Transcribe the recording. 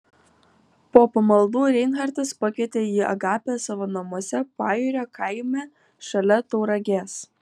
po pamaldų reinhartas pakvietė į agapę savo namuose pajūrio kaime šalia tauragės